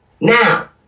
Now